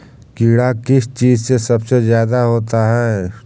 कीड़ा किस चीज से सबसे ज्यादा होता है?